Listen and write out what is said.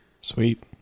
Sweet